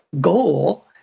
goal